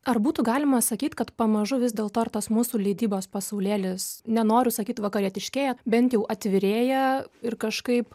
ar būtų galima sakyt kad pamažu vis dėlto ir tas mūsų leidybos pasaulėlis nenoriu sakyt vakarietiškieji bent jau atvirėja ir kažkaip